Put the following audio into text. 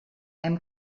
hem